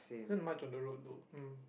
isn't much on the road though mm